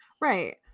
Right